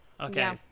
Okay